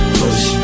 push